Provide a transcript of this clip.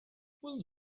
will